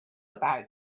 about